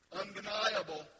undeniable